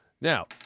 Now